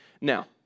Now